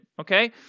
okay